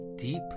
Deep